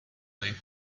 leave